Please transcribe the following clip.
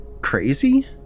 crazy